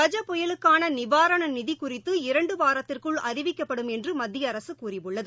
கஜ புயலுக்கான நிவாரண நிதி குறித்து இரண்டு வாரத்திற்குள் அறிவிக்கப்படும் என்று மத்திய அரசு கூறியுள்ளது